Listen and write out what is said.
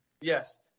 Yes